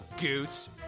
Goose